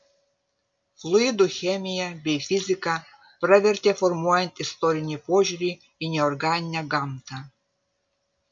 fluidų chemija bei fizika pravertė formuojant istorinį požiūrį į neorganinę gamtą